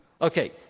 Okay